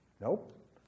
Nope